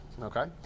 okay